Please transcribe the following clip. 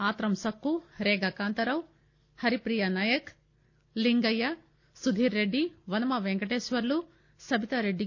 Atram Sakku Rega Kanta Rao Haripriya Naik Lingaiah Sudheer Reddy Vanama Venkateswarlu Sabitha Reddy